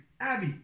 abby